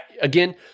again